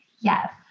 Yes